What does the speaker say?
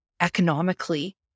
economically